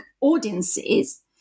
audiences